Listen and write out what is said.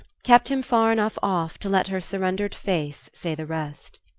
kept him far enough off to let her surrendered face say the rest.